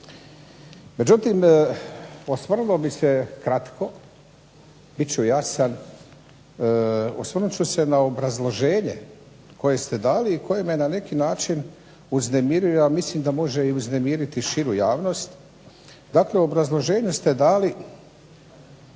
Međutim, osvrnuo bih se kratko, bit ću jasan. Osvrnut ću se na obrazloženje koje ste dali i koje me na neki način uznemiruje, a mislim da može uznemiriti i širu javnost. Dakle, u obrazloženju ste dali,